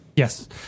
Yes